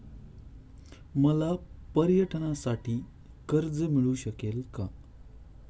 मला पर्यटनासाठी कर्ज मिळू शकेल का?